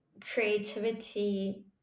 creativity